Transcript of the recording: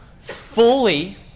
fully